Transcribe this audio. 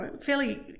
fairly